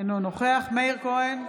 אינו נוכח מאיר כהן,